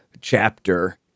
chapter